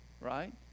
Right